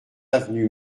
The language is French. avenue